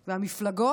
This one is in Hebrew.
והמפלגות,